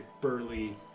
burly